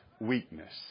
weakness